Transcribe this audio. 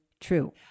true